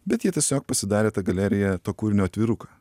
bet jie tiesiog pasidarė tą galeriją to kūrinio atviruką